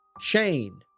Shane